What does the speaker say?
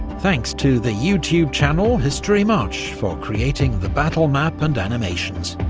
thanks to the youtube channel historymarche for creating the battle map and animations,